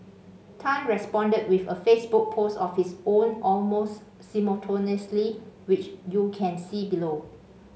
tan responded with a Facebook post of his own almost simultaneously which you can see below